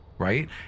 right